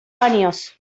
años